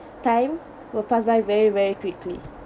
time will pass by very very quickly